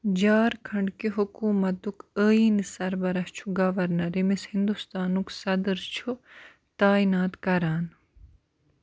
جھارکھنڈ کہ حکومتُک آئینی سربراہ چھُ گورنر ییٚمِس ہندوستانُک صدر چھُ تعیِنات کران